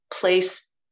place